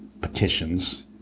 petitions